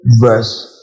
verse